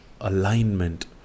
alignment